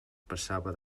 passava